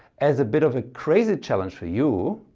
as a bit of a crazy challenge for you,